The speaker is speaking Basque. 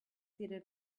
ziren